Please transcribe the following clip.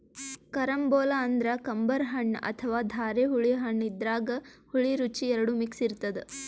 carambola ಅಂದ್ರ ಕಂಬರ್ ಹಣ್ಣ್ ಅಥವಾ ಧಾರೆಹುಳಿ ಹಣ್ಣ್ ಇದ್ರಾಗ್ ಹುಳಿ ರುಚಿ ಎರಡು ಮಿಕ್ಸ್ ಇರ್ತದ್